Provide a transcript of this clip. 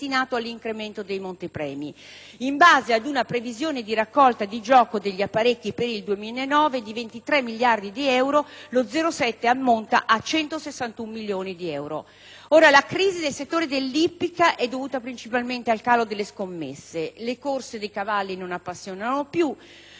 per il 2009 di 23 miliardi di euro, lo 0,7 per cento ammonta a 161 milioni di euro. La crisi del settore dell'ippica è dovuta principalmente al calo di scommesse. Le corse dei cavalli non appassionano più: dal 2003 ad oggi il totale degli euro raccolti è passato da 2,9 miliardi di euro ai 2,6 miliardi